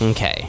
Okay